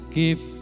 give